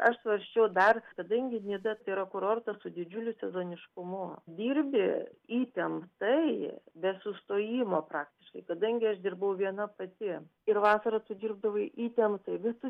aš svarsčiau dar kadangi nida tai yra kurortas su didžiuliu sezoniškumu dirbi įtemptai be sustojimo praktiškai kadangi aš dirbau viena pati ir vasarą tu dirbdavai įtemptai visus